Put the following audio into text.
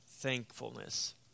Thankfulness